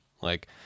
Like-